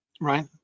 right